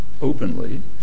openly